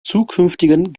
zukünftigen